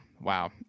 Wow